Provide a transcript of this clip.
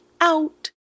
out